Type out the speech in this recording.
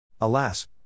Alas